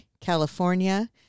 California